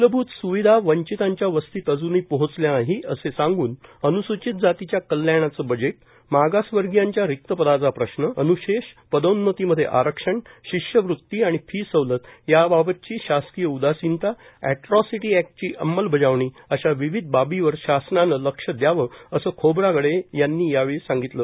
मूलभूत स्विधा वंचिताच्या वस्तीत अजूनही पोहोचल्या नाही असे सांगून अन्सूचित जातीच्या कल्याणाचे बजेट मागासवर्गीयांच्या रिक्त पदाचा प्रश्न अन्शेष पदोन्नती मध्ये आरक्षण शिष्यवृत्ती आणि फी सवलत याबाबतची शासकिय उदासीनता एट्रॉसिटी एक्टची अंमलबजावणी अशा विविध बाबीवर शासनाने लक्ष दयावे असं खोब्रागडे यांनी सांगितलं